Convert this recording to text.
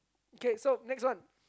okay so next one